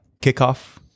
kickoff